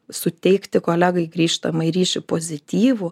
suteikti kolegai grįžtamąjį ryšį pozityvų